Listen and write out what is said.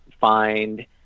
find